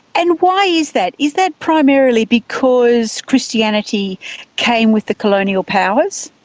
and why is that? is that primarily because christianity came with the colonial powers?